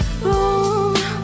boom